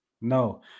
No